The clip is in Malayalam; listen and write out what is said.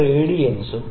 ഇത് α ശരി